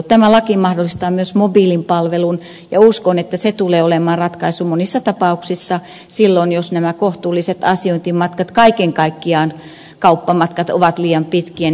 tämä laki mahdollistaa myös mobiilin palvelun ja uskon että se tulee olemaan ratkaisu monissa tapauksissa silloin jos nämä kohtuulliset asiointimatkat kaiken kaikkiaan kauppamatkat ovat liian pitkiä